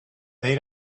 they